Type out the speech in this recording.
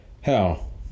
Hell